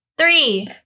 Three